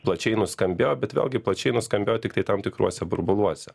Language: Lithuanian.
plačiai nuskambėjo bet vėlgi plačiai nuskambėjo tiktai tam tikruose burbuluose